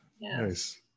Nice